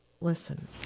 Listen